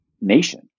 nation